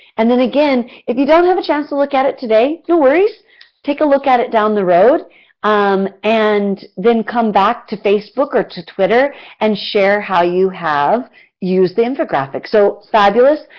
and then again, if you don't have a chance to look at it today, no worries take a look at it down the road um and then come back to facebook or to twitter and share how you have used the infographic. so fabulous,